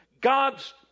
God's